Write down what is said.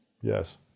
yes